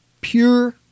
pure